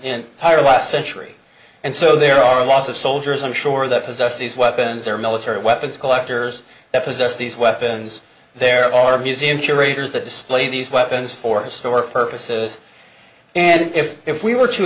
and higher last century and so there are lots of soldiers on shore that possess these weapons or military weapons collectors that possess these weapons there are museum curators that display these weapons for historical purposes and if if we were to